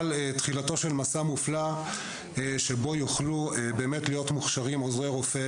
תחילתו של מסע מופלא שבו יוכלו להיות מוכשרים עוזרי רופא,